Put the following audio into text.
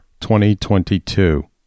2022